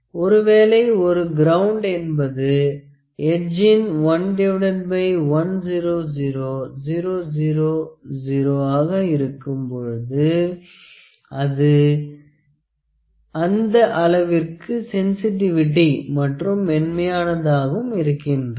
ஒருவேளை ஒரு கிரௌண்ட் என்பது எட்ஜின் 110000 ஆக இருக்கும்போது அந்த அளவிற்கு சென்சிடிவிடி மற்றும் மென்மையானதாகவும் இருக்கின்றது